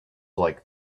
like